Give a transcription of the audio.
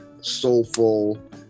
soulful